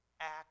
act